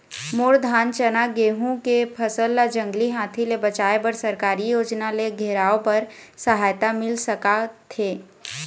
मोर धान चना गेहूं के फसल ला जंगली हाथी ले बचाए बर सरकारी योजना ले घेराओ बर सहायता मिल सका थे?